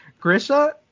Grisha